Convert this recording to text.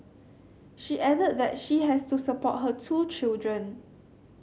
she added that she has to support her two children